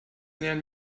nähern